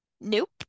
Nope